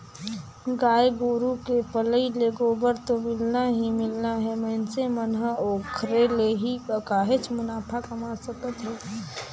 गाय गोरु के पलई ले गोबर तो मिलना ही मिलना हे मइनसे मन ह ओखरे ले ही काहेच मुनाफा कमा सकत हे